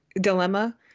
dilemma